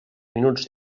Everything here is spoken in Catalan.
minuts